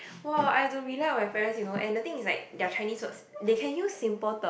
!wah! I have to rely on my parents you know and the thing is like their Chinese words they can use simple term